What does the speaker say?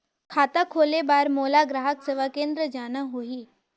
खाता खोले बार मोला ग्राहक सेवा केंद्र जाना होही?